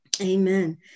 amen